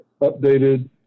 updated